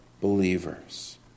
believers